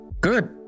Good